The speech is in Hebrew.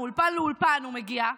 מאולפן לאולפן הוא מגיע,